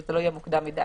שזה לא יהיה מוקדם מדי.